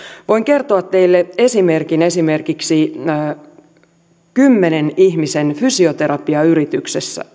voin kertoa teille esimerkin kymmenen ihmisen fysioterapiayrityksestä